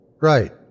Right